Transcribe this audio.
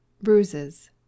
Bruises